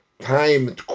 time